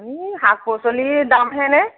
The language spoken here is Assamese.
ওম শাক পাচলিৰ দামহেনে